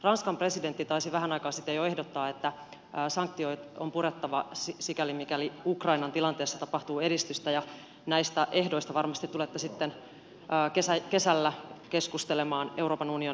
ranskan presidentti taisi vähän aikaa sitten jo ehdottaa että sanktiot on purettava sikäli mikäli ukrainan tilanteessa tapahtuu edistystä ja näistä ehdoista varmasti tulette sitten kesällä keskustelemaan euroopan unionissa